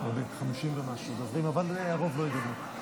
50 ומשהו דוברים, אבל הרוב לא ידברו.